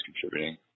contributing